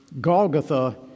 Golgotha